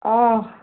آ